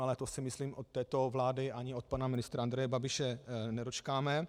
Ale to si myslím, že od této vlády ani od pana ministra Andreje Babiše se nedočkáme.